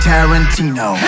Tarantino